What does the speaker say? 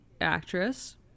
actress